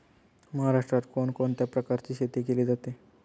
महाराष्ट्रात कोण कोणत्या प्रकारची शेती केली जाते?